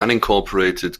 unincorporated